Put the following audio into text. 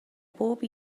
bob